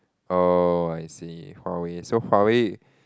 oh I see Huawei so Huawei